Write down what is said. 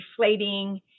deflating